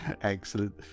Excellent